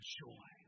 joy